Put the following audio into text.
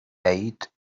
ate